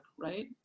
right